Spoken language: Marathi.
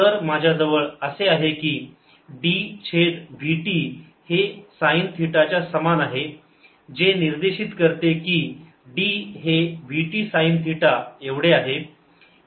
तर माझ्याजवळ असे आहे की d छेद vt हे साईन थिटा च्या समान आहे जे निर्देशित करते की d हे vt साईन थिटा एवढे आहे